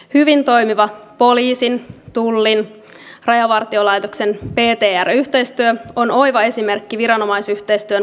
hyvin toimiva poliisin tullin ja rajavartiolaitoksen ptr yhteistyö on oiva esimerkki viranomaisyhteistyön vaikuttavuudesta